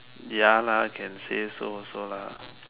ya lah can say so also lah